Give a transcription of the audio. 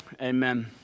amen